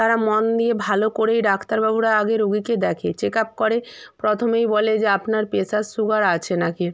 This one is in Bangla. তারা মন দিয়ে ভালো করেই ডাক্তারবাবুরা আগে রোগীকে দেখে চেক আপ করে প্রথমেই বলে যে আপনার প্রেশার সুগার আছে নাকি